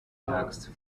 asked